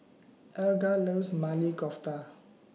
Eliga loves Maili Kofta